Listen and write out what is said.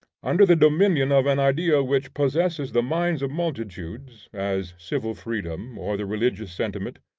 under the dominion of an idea which possesses the minds of multitudes, as civil freedom, or the religious sentiment,